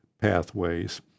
pathways